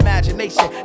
Imagination